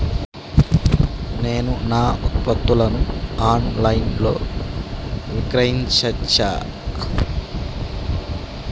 నేను నా ఉత్పత్తులను ఆన్ లైన్ లో విక్రయించచ్చా?